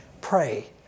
Pray